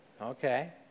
Okay